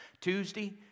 Tuesday